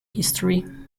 history